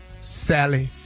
Sally